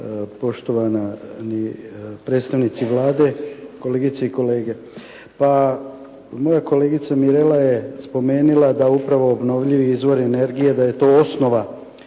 poštovani predstavnici Vlade, kolegice i kolege. Pa moja kolegica Mirela je spomenila da upravo obnovljivi izvor energije, da je to osnova